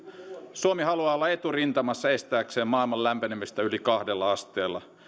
suomi haluaa olla eturintamassa estääkseen maailman lämpenemistä yli kahdella asteella